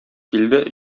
килде